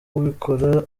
ubikora